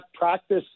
practice